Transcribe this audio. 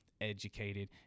educated